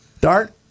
Dart